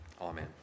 Amen